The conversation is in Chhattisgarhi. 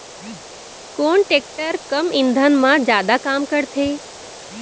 कोन टेकटर कम ईंधन मा जादा काम करथे?